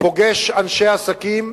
פוגש אנשי עסקים,